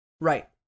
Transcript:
Right